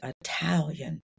Italian